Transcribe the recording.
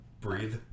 breathe